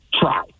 try